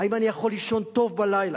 האם אני יכול לישון טוב בלילה?